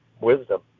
wisdom